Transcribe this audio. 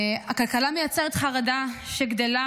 הכלכלה מייצרת חרדה שגדלה,